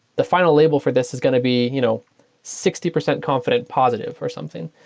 the final label for this is going to be you know sixty percent confident positive or something.